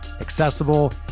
accessible